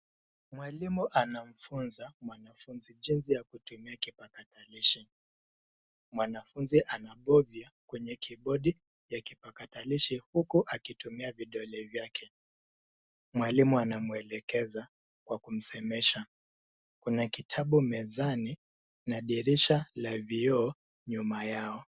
Mwalimu anamfunza mwanafunzi jinsi ya kutumia kipakatalishi. Mwanafunzi anabovya kwenye kibodi ya kipakatalishi huku akitumia vidole vyake. Mwalimu anamwelekeza kwa kumsemesha. Kuna kitabu mezani na dirisha la vioo nyuma yao.